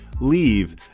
leave